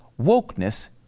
Wokeness